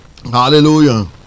Hallelujah